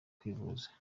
kwivuza